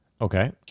Okay